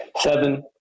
Seven